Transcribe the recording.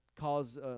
cause